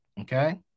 Okay